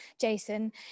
Jason